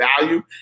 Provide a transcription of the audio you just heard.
value